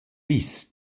vis